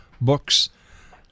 books